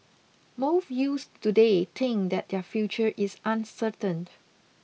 most youths today think that their future is uncertain